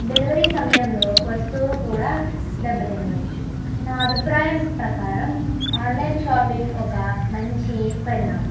delivery సమయంలో వస్తువులు కూడా దెబ్బ తినవచ్చు నా అభిప్రాయం ప్రకారం ఆన్లైన్ షాపింగ్ ఒక మంచి పరిణామం